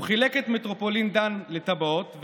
הוא חילק את מטרופולין דן לטבעות,